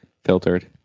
filtered